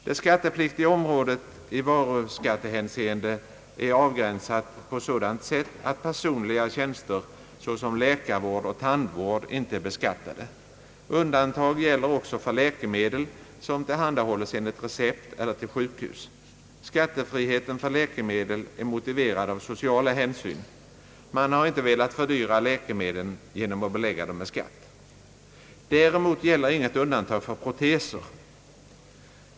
Det skattepliktiga området är i varuskatteförordningen avgränsat på sådant sätt att personliga tjänster såsom läkarvård och tandvård inte beskattas. Undantag gäller också för läkemedel som tillhandahålles enligt recept eller till sjukhus. Skattefriheten för läkemedel är motiverad av sociala hänsyn. Man har inte velat fördyra läkemedlen genom att belägga dem med skatt. Däremot gäller inget undantag för proteser.